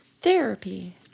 Therapy